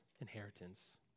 inheritance